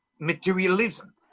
materialism